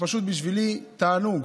בשבילי זה פשוט תענוג,